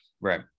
Right